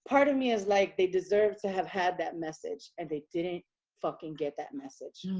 part of me is like they deserve to have had that message and they didn't fucking get that message.